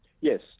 yes